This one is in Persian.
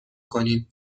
کنیم